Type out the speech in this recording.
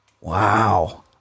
Wow